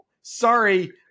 sorry